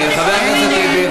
חבר הכנסת טיבי.